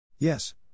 Yes